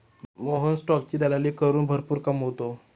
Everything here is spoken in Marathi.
मोहन स्टॉकची दलाली करून भरपूर कमावतो